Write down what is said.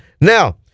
Now